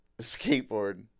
skateboard